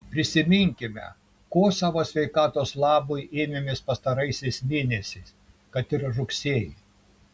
prisiminkime ko savo sveikatos labui ėmėmės pastaraisiais mėnesiais kad ir rugsėjį